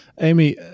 Amy